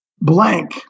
blank